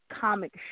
comic